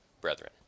brethren